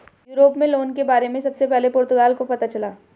Europe में loan के बारे में सबसे पहले पुर्तगाल को पता चला